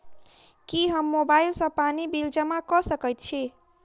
की हम मोबाइल सँ पानि बिल जमा कऽ सकैत छी?